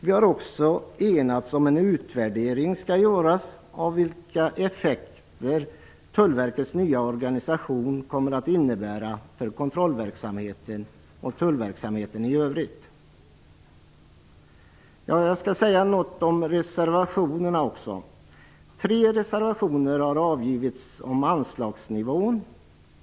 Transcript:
Vi har också enats om att en utvärdering skall göras av vilka effekter Tullverkets nya organisation kommer att få för kontrollverksamheten och tullverksamheten i övrigt. Jag skall också säga något om reservationerna. Tre reservationer har avgivits om anslagets nivå.